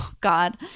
god